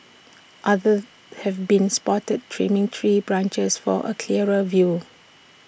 others have been spotted trimming tree branches for A clearer view